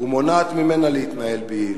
ומונעת ממנה להתנהל ביעילות.